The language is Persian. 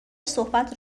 صحبت